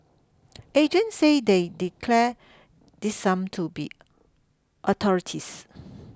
agents say they declare this sum to be authorities